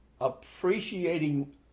appreciating